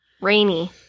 Rainy